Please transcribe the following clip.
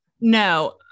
No